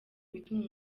bituma